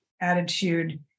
attitude